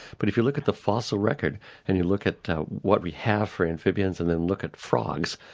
but if you look at the fossil record and you look at what we have for amphibians and then look at frogs,